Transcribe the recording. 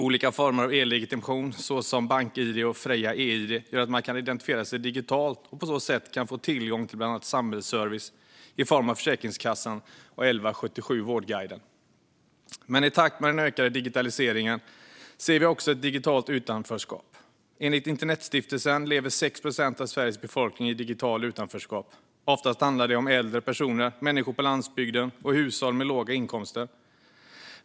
Olika former av e-legitimation, såsom Bank-id och Freja e-id, gör att man kan identifiera sig digitalt och på så sätt få tillgång till bland annat samhällsservice i form av Försäkringskassan och 1177 Vårdguiden. Men i takt med den ökade digitaliseringen ser vi också ett digitalt utanförskap. Enligt Internetstiftelsen lever 6 procent av Sveriges befolkning i digitalt utanförskap. Oftast handlar det om äldre personer, människor på landsbygden och hushåll med låga inkomster.